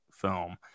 film